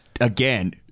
again